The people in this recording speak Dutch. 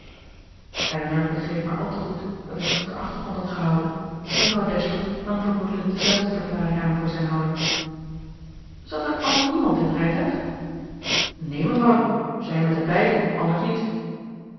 elinor begreep maar al te goed dat hij zich op den achtergrond had gehouden en mevrouw dashwood nam vermoedelijk dezelfde verklaring aan voor zijne houding zat er anders niemand in het rijtuig neen mevrouw zij met hen beiden anders niet